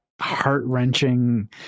heart-wrenching